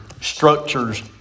Structures